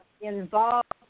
involved